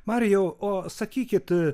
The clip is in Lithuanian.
marijau o sakykit